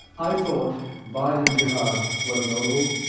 i thought violent jihad was noble,